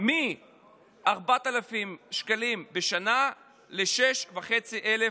מ-4,000 שקלים בשנה ל-6,500.